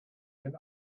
den